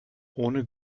ohne